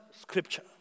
scripture